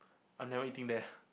I'm never eating there